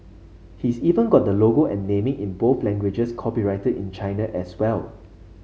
he's even got the logo and naming in both languages copyrighted in China as well